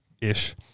ish